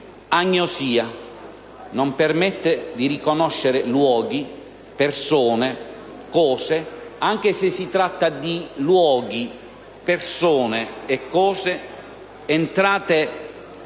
agnosia, che non permette di riconoscere luoghi, persone, cose, anche se si tratta di luoghi, persone e cose entrati da sempre